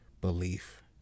belief